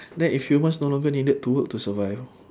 then if humans no longer needed to work to survive